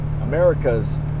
America's